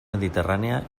mediterrània